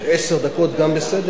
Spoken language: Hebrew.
עשר דקות, גם בסדר.